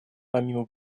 помимо